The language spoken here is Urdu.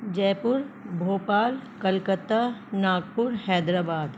جےپور بھوپال کلکتہ ناگپور حیدرآباد